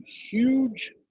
huge –